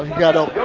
got up